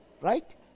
right